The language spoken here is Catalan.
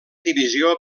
divisió